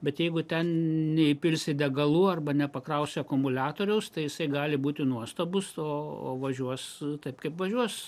bet jeigu ten neįpilsi degalų arba nepakrausi akumuliatoriaus tai jisai gali būti nuostabus o o važiuos taip kaip važiuos